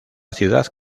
ciudad